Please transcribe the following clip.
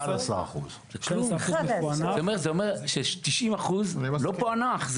זה אומר ש-90% לא פוענחו.